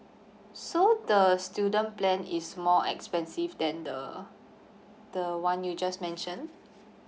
so the student plan is more expensive than the the [one] you just mentioned